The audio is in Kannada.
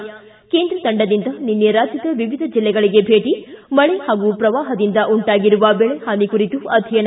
್ಕೆ ಕೇಂದ್ರ ತಂಡದಿಂದ ನಿನ್ನೆ ರಾಜ್ಯದ ವಿವಿಧ ಜಿಲ್ಲೆಗಳಿಗೆ ಭೇಟ ಮಳೆ ಹಾಗೂ ಪ್ರವಾಹದಿಂದ ಉಂಟಾಗಿರುವ ಬೆಳೆ ಹಾನಿ ಕುರಿತು ಅಧ್ಯಯನ